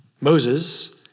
Moses